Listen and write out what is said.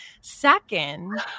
Second